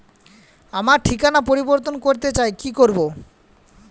আমার ঠিকানা পরিবর্তন করতে চাই কী করব?